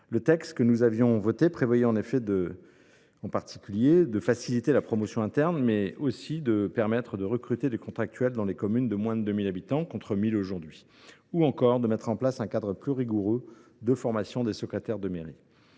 Le texte que nous avons voté prévoyait en particulier de faciliter la promotion interne, mais aussi de permettre de recruter des contractuels dans les communes de moins de 2 000 habitants, contre 1 000 aujourd’hui, ou encore de mettre en place un cadre plus rigoureux de formation des secrétaires de mairie.